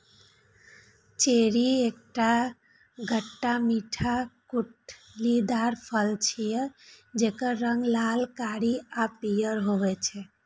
cherry एकटा खट्टा मीठा गुठलीदार फल छियै, जेकर रंग लाल, कारी आ पीयर होइ छै